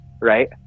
right